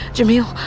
Jameel